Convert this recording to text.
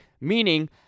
Meaning